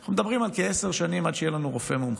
אנחנו מדברים על כעשר שנים עד שיהיה לנו רופא מומחה.